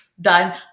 done